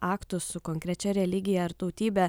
aktų su konkrečia religija ar tautybe